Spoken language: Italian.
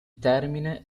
termine